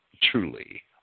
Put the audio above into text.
Truly